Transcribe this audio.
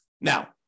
Now